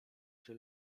czy